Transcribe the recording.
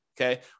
okay